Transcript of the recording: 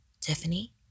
Tiffany